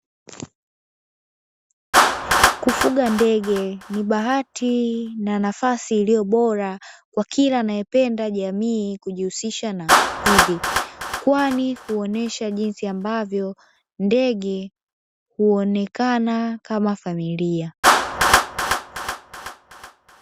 Kufuga ndege ni bahati na nafasi iliyo bora kwa kila anayependa jamii kujihusisha na hivi kwani huonyesha jinsi ambavyo ndege huonekana kama familia.